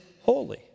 holy